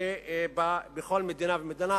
בכל מדינה ומדינה.